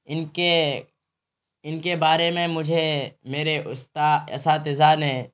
ان کے ان کے بارے میں مجھے میرے اساتذہ نے